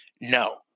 no